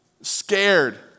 scared